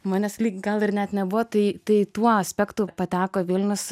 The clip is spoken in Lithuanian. manęs lyg gal ir net nebuvo tai tai tuo aspektu pateko vilnius